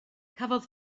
cafodd